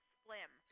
slim